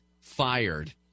fired